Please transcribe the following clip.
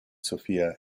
sofia